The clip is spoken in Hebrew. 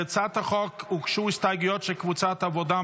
להצעת החוק הוגשו הסתייגויות של קבוצת העבודה,